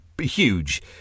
huge